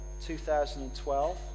2012